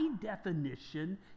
definition